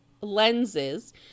lenses